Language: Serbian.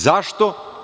Zašto?